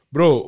Bro